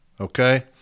okay